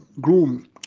groom